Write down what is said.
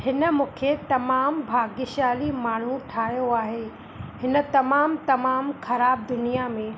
हिन मूंखे तमामु भाग्यशाली माण्हूं ठाहियो आहे हिन तमामु तमामु ख़राबु दुनिया में